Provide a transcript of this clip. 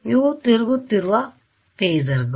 ಇವು ತಿರುಗುತ್ತಿರುವ ಫಾಸರ್ಗಳು